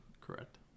Correct